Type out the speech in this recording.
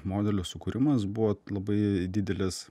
modelio sukūrimas buvo labai didelis